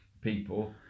people